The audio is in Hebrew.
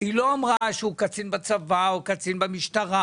-- היא לא אמרה שהוא קצין בצבא או קצין במשטרה